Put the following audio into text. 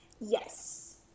Yes